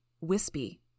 wispy